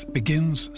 begins